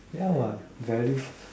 ya what value